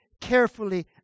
carefully